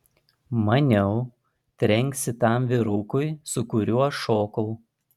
maniau trenksi tam vyrukui su kuriuo šokau